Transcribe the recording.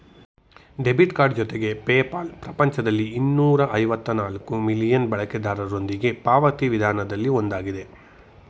debit card ಜೊತೆಗೆ PayPal ಪ್ರಪಂಚದಲ್ಲಿ ಇನ್ನೂರ ಐವತ್ತ ನಾಲ್ಕ್ ಮಿಲಿಯನ್ ಬಳಕೆದಾರರೊಂದಿಗೆ ಪಾವತಿ ವಿಧಾನದಲ್ಲಿ ಒಂದಾಗಿದೆ